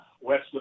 west